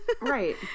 Right